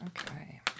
okay